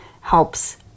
helps